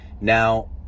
Now